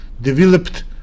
developed